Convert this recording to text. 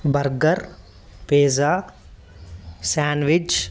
burger pizza sandwich